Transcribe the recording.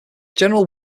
general